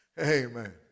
Amen